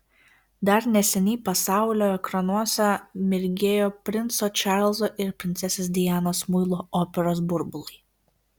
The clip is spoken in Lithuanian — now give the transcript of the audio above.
dar neseniai pasaulio ekranuose mirgėjo princo čarlzo ir princesės dianos muilo operos burbulai